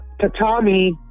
Tatami